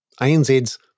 ANZ's